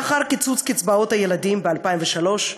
לאחר קיצוץ קצבאות הילדים ב-2003,